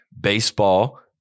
baseball